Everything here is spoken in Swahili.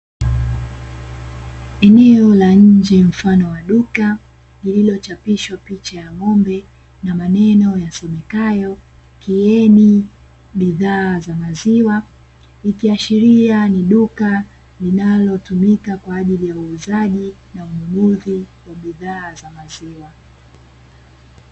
Eneo la nje mfano wa duka, lililochapishwa picha ya ng'ombe na maneno yasomekayo "Kieni bidhaa za maziwa", ikiashiria ni duka linalotumika kwa ajili ya uuzaji na ununuzi wa bidhaa za maziwa.